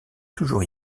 toujours